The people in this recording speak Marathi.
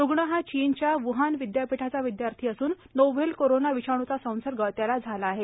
रूग्ण हा चीनच्या वुहान विद्यापीठाचा विद्यार्थी असून नोव्हेल कोरोना विषाणूचा संसर्ग त्याला झाला आहे